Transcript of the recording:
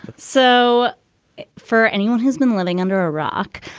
so for anyone who's been living under a rock,